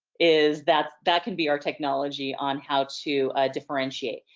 is that that can be our technology on how to differentiate.